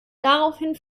daraufhin